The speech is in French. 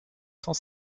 cent